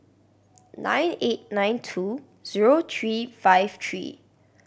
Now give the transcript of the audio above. nine eight nine two zero three five three